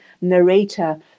narrator